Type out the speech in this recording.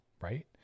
right